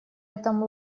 этом